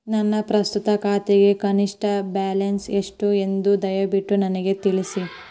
ನನ್ನ ಪ್ರಸ್ತುತ ಖಾತೆಗೆ ಕನಿಷ್ಟ ಬ್ಯಾಲೆನ್ಸ್ ಎಷ್ಟು ಎಂದು ದಯವಿಟ್ಟು ನನಗೆ ತಿಳಿಸಿ